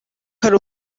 ari